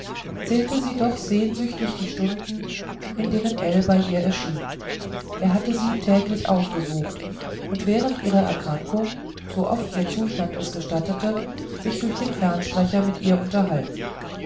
zählte sie doch sehnsüchtig die stunden in denen ell bei ihr erschien er hatte sie täglich aufgesucht und während ihrer erkrankung so oft ihr zustand es gestattete sich durch den fernsprecher mit ihr unterhalten